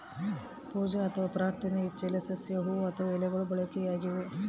ಪೂಜೆ ಅಥವಾ ಪ್ರಾರ್ಥನೆ ಇಚ್ಚೆಲೆ ಸಸ್ಯ ಹೂವು ಅಥವಾ ಎಲೆಗಳು ಬಳಕೆಯಾಗಿವೆ